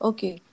Okay